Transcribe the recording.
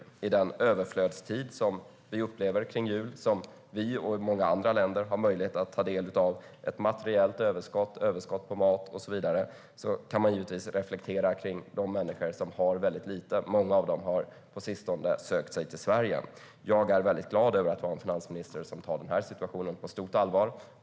Vi upplever en överflödstid kring jul, och vi och många andra länder har möjlighet att ta del av detta materiella överskott, överskott på mat och så vidare. Då kan man givetvis reflektera kring de människor som har väldigt lite. Många av dem har på sistone sökt sig till Sverige. Jag är väldigt glad över att ha en statsminister som tar den här situationen på stort allvar.